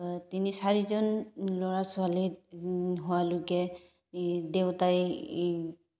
তিনি চাৰিজন ল'ৰা ছোৱালী হোৱালৈকে দেউতাই